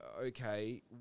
okay